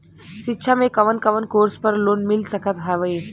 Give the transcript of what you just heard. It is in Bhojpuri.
शिक्षा मे कवन कवन कोर्स पर लोन मिल सकत हउवे?